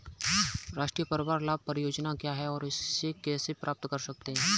राष्ट्रीय परिवार लाभ परियोजना क्या है और इसे कैसे प्राप्त करते हैं?